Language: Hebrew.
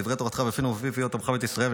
את דברי תורתך בפינו ובפיפיות עמך כל בית ישראל,